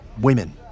Women